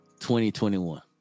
2021